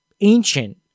ancient